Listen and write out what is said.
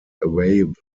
available